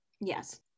Yes